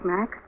Max